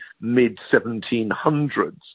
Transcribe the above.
mid-1700s